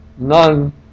none